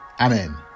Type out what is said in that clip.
Amen